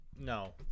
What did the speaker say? No